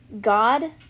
God